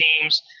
teams